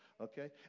Okay